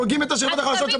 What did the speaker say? הורגים את השכבות החלשות,